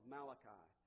Malachi